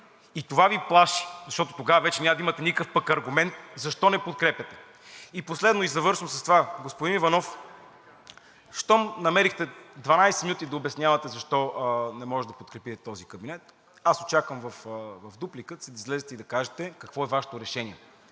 и това Ви плаши, защото тогава няма да имате никакъв аргумент защо не подкрепяте. Последно, и завършвам с това. Господин Иванов, щом намерихте 12 минути да обяснявате защо не може да подкрепите този кабинет, очаквам в дупликата си да излезете и да кажете какво е Вашето решение?